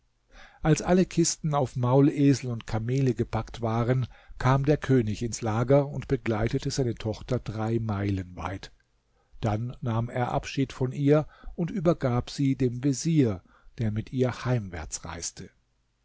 als alle kisten auf maulesel und kamele gepackt waren kam der könig ins lager und begleitete seine tochter drei meilen weit dann nahm er abschied von ihr und übergab sie dem vezier der mit ihr heimwärts reiste